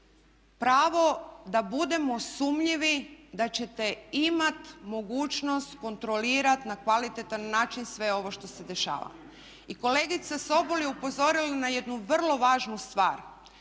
pravo da budemo sumnjivi da ćete imati mogućnost kontrolirati na kvalitetan način sve ovo što se dešava. I kolegica Sobol je upozorila na jednu vrlo važnu stvar